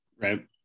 right